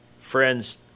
friends